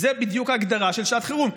זו בדיוק ההגדרה של שעת חירום.